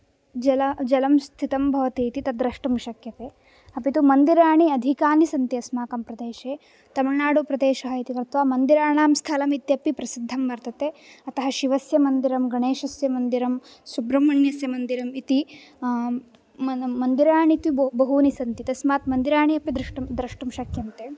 जल जलं स्थितं भवतीति तद्द्रष्टुं शक्यते अपि तु मन्दिराणि अधिकानि सन्ति अस्माकं प्रदेशे तमिळुनाडुप्रदेशः इति कृत्वा मन्दिराणां स्थलमित्यपि प्रसिद्धं वर्तते अतः शिवस्य मन्दिरं गणेशस्य मन्दिरं सुब्रह्मण्यस्य मन्दिरम् इति मन् मन्दिराणि तु ब बहूनि सन्ति तस्मात् मन्दिराणि अपि द्रष्टुं द्रष्टुं शक्यन्ते